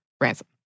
Ransom